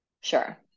Sure